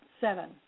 seven